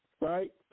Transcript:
right